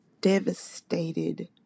devastated